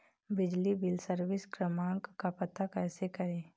बिजली bill service क्रमांक का पता कैसे करें?